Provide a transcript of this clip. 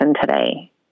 today